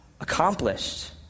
accomplished